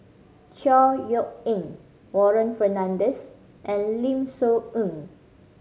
Chor Yeok Eng Warren Fernandez and Lim Soo Ngee